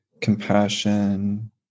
compassion